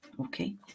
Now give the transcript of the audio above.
Okay